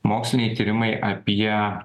moksliniai tyrimai apie